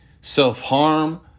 self-harm